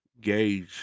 gauge